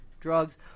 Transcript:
drugs